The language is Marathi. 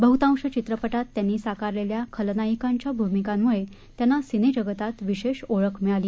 बहुतांश चित्रपटात त्यांनी साकारलेल्या खलनायिकांच्या भूमिकांमुळे त्यांना सिने जगतात विशेष ओळख मिळाली